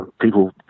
people